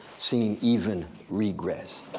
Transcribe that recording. seeing even regress.